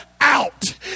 out